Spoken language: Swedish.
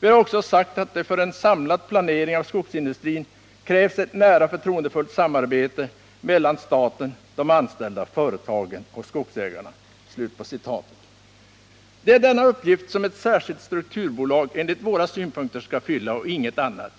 Vi har också sagt att det för en samlad planering av skogsindustrin krävs ett nära och förtroendefullt samarbete mellan staten, de anställda, företagen och skogsägarna.” Det är denna uppgift som ett särskilt strukturbolag enligt våra synpunkter skall fylla och ingen annan.